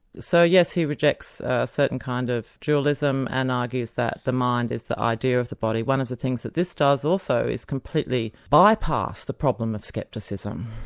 so yes, he rejects a certain kind of dualism and argues that the mind is the idea of the body. one of the things that this does also is completely bypass the problem of skepticism,